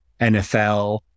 NFL